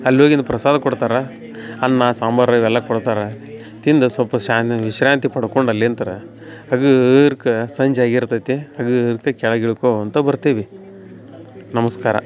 ಅಲ್ಲೋಗಿಂದ ಪ್ರಸಾದ ಕೊಡ್ತಾರೆ ಅನ್ನ ಸಾಂಬಾರು ಇವೆಲ್ಲ ಕೊಡ್ತಾರೆ ತಿಂದು ಸ್ವಲ್ಪ ಶ್ಯಾನ್ ವಿಶ್ರಾಂತಿ ಪಡ್ಕೊಂಡು ಅಲ್ಲಿಂತ ಹಗೂರಕ್ಕ ಸಂಜೆ ಆಗಿರ್ತತಿ ಹಗೂರಕ್ಕ ಕೆಳಗೆ ಇಳ್ಕೋತ ಬರ್ತೀವಿ ನಮಸ್ಕಾರ